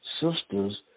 sisters